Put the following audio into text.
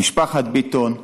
משפחת ביטון,